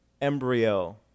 embryo